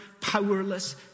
powerless